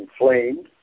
inflamed